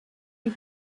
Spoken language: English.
you